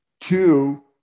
Two